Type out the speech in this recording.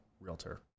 realtor